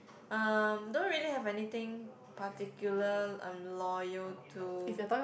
um don't really have anything particular I'm loyal to